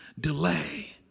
delay